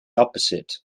opposite